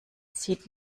sieht